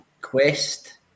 quest